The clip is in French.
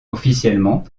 officiellement